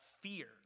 fear